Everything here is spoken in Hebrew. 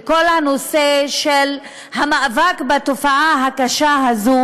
כל הנושא של מאבק בתופעה הקשה הזאת